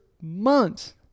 months